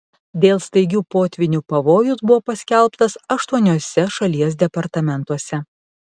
dėl staigių potvynių pavojus buvo paskelbtas aštuoniuose šalies departamentuose